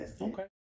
Okay